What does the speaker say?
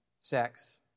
sex